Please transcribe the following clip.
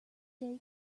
day